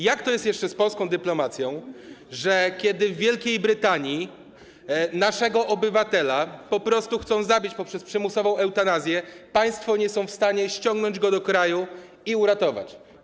Jak to jest jeszcze z polską dyplomacją, że kiedy w Wielkiej Brytanii naszego obywatela po prostu chcą zabić, przeprowadzić przymusową eutanazję, państwo nie są w stanie ściągnąć go do kraju i uratować?